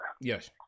Yes